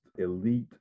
elite